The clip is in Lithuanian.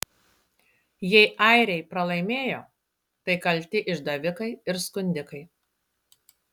jei airiai pralaimėjo tai kalti išdavikai ir skundikai